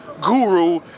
Guru